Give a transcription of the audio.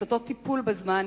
את אותו טיפול בזמן,